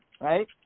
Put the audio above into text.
right